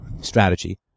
strategy